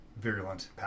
virulent